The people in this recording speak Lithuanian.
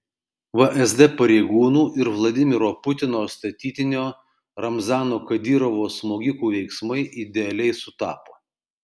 vsd pareigūnų ir vladimiro putino statytinio ramzano kadyrovo smogikų veiksmai idealiai sutapo